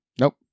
Nope